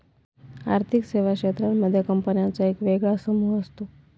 आर्थिक सेवा क्षेत्रांमध्ये कंपन्यांचा एक वेगळा समूह असतो